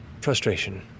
frustration